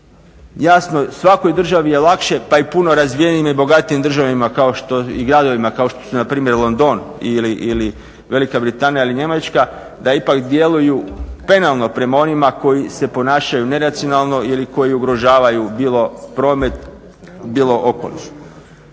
Jasno, svakoj državi je lakše pa i puno razvijenijim i bogatijim državama i gradovima kao što su npr. London ili Velika Britanija ili Njemačka, da ipak djeluju penalno prema onima koji se ponašaju neracionalno ili koji ugrožavaju bilo promet, bilo okoliš.